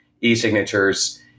e-signatures